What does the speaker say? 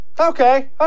okay